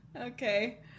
Okay